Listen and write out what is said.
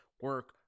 Work